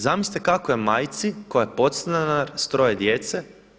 Zamislite kako je majci koja je podstanar sa troje djece.